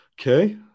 okay